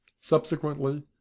subsequently